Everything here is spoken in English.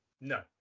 No